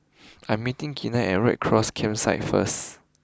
I am meeting Gina at Red Cross Campsite first